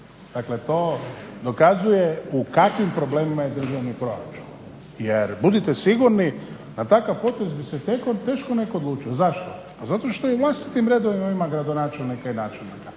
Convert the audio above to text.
Dakle, to dokazuje u kakvim problemima je državni proračun. Jer budite sigurni na takav potez bi se teško netko odlučio. Zašto? Pa zato što i u vlastitim redovima ima gradonačelnika i načelnika.